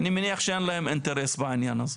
אני מניח שאין להם אינטרס בעניין הזה.